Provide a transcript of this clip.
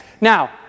Now